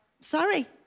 sorry